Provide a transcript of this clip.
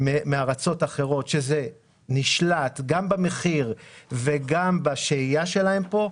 מארצות אחרות שזה נשלט גם במחיר וגם בשהייה שלהם פה,